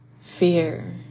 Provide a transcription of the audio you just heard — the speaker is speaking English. fear